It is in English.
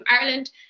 ireland